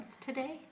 today